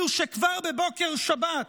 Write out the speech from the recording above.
אלו שכבר בבוקר שבת,